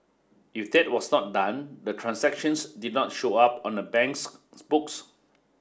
if that was not done the transactions did not show up on the bank's books